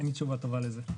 אין לי תשובה טובה לזה.